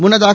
முன்னதாக